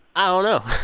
i don't know